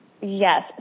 yes